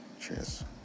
cheers